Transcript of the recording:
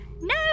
No